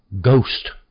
ghost